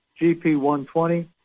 GP120